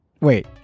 wait